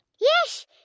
Yes